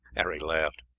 harry laughed.